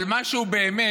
על מה שהוא באמת,